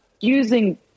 using –